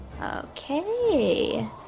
Okay